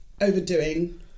overdoing